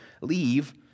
leave